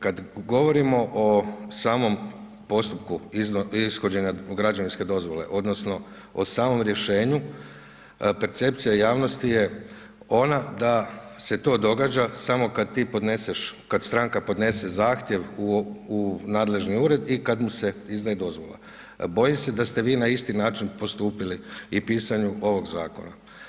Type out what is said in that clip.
Kad govorimo o samom postupku ishođenja građevinske dozvole odnosno o samom rješenju, percepcija javnosti je onda da se to događa samo kad ti podneseš, kad stranka podnese zahtjev u nadležni ured i kad mu se izdaje dozvola, bojim se da ste vi na isti način postupili i pisanju ovog Zakona.